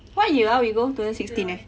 what year ah we go two thousand sixteen eh